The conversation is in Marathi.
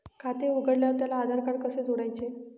खाते उघडल्यावर त्याला आधारकार्ड कसे जोडायचे?